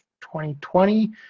2020